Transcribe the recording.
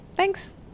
Thanks